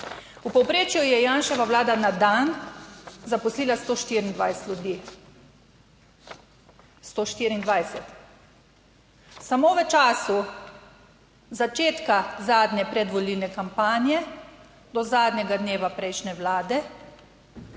V povprečju je Janševa vlada na dan zaposlila 124 ljudi, 124 samo v času začetka zadnje predvolilne kampanje do zadnjega dneva prejšnje vlade,